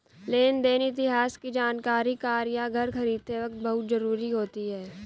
लेन देन इतिहास की जानकरी कार या घर खरीदते वक़्त बहुत जरुरी होती है